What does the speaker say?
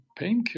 painkillers